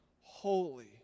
holy